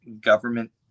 government